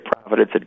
providence